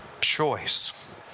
choice